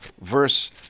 verse